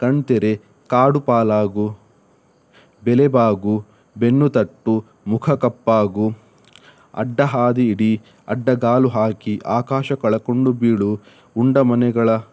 ಕಣ್ತೆರೆ ಕಾಡು ಪಾಲಾಗು ಬೆಲೆಬಾಗು ಬೆನ್ನು ತಟ್ಟು ಮುಖ ಕಪ್ಪಾಗು ಅಡ್ಡ ಹಾದಿ ಹಿಡಿ ಅಡ್ಡಗಾಲು ಹಾಕಿ ಆಕಾಶ ಕಳಕೊಂಡು ಬೀಳು ಉಂಡಮನೆಗಳ